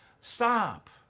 Stop